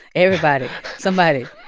everybody, somebody